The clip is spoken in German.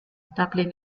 dublin